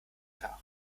tag